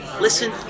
listen